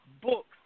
books